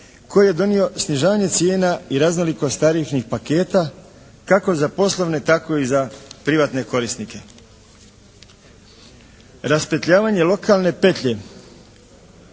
koji je donio snižavanje cijena i raznolikost tarifnih paketa kako za poslovne tako i za privatne korisnike. Raspetljavanje lokalne petlje